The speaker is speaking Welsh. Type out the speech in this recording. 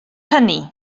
hynny